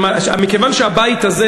מכיוון שהבית הזה,